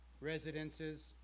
residences